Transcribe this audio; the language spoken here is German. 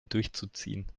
durchzuziehen